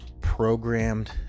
programmed